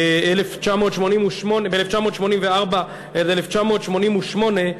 מ-1984 עד 1988,